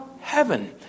heaven